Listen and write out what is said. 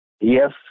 Yes